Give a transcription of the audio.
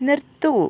നിർത്തൂ